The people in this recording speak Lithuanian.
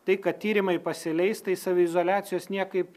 tai kad tyrimai pasileis tai saviizoliacijos niekaip